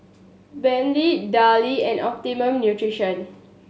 Bentley Darlie and Optimum Nutrition